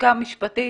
הלשכה המשפטית,